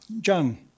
John